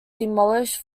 demolished